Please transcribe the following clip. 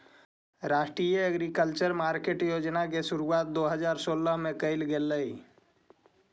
राष्ट्रीय agriculture market योजना के शुरुआत दो हज़ार सोलह में कैल गेलइ